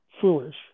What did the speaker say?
foolish